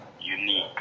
unique